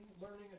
learning